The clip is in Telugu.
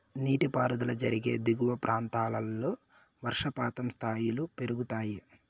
నీటిపారుదల జరిగే దిగువ ప్రాంతాల్లో వర్షపాతం స్థాయిలు పెరుగుతాయి